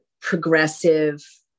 progressive